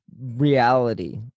reality